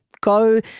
go